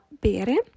bere